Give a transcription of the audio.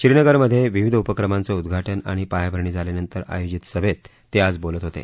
श्रीनगरमधे विविध उपक्रमांचं उद्घाटन आणि पायाभरणी झाल्यानंतर आयोजित सभेत ते आज बोलत होते